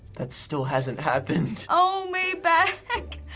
that still hasn't happened. oh may beck.